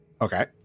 Okay